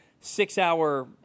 six-hour